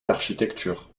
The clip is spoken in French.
l’architecture